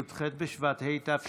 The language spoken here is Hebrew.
י"ח בשבט התשפ"ב,